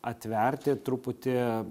atverti truputį